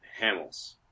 Hamels